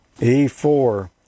e4